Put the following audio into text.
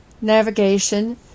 navigation